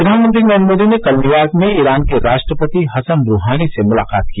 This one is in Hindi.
प्रधानमंत्री नरेन्द्र मोदी ने कल न्यूयॉर्क में ईरान के राष्ट्रपति हसन रूहानी से मुलाकात की